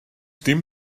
dim